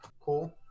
cool